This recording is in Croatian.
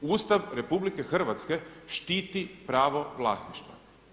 Ustav RH štititi pravo vlasništva.